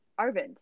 Arvind